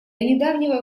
недавнего